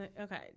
okay